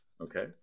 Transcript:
Okay